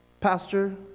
Pastor